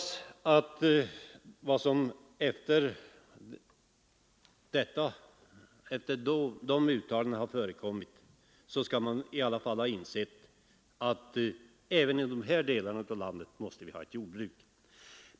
Sedan dessa uttalanden gjordes hoppas jag man har insett att vi även i dessa delar av landet måste ha ett jordbruk.